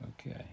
Okay